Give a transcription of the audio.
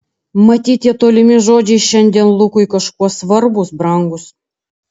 matyt tie tolimi žodžiai šiandien lukui kažkuo svarbūs brangūs